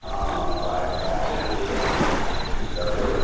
हँ हँ बाढ़ि तऽ आबि गेलैया कि करबै